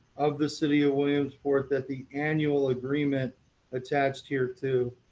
of the city of williamsport, that the annual agreement attached here to.